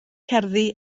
cerddi